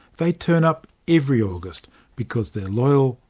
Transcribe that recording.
they turn up every august because they are loyal,